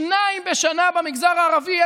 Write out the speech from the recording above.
רק שניים בשנה במגזר הערבי,